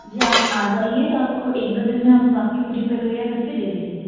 जी आप आ जाइए तो आपको एक दो दिन में हम बाक़ी पूरी प्रक्रिया कर के दे देंगे